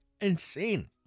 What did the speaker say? insane